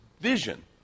vision